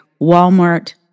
Walmart